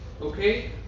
Okay